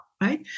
right